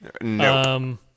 No